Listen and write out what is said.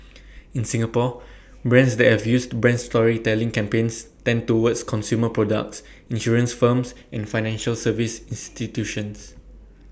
in Singapore brands that have used brand storytelling campaigns tend towards consumer products insurance firms and financial service institutions